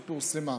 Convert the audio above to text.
היא פורסמה.